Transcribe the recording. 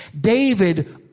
David